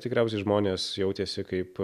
tikriausiai žmonės jautėsi kaip